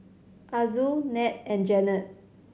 Azul Ned and Janet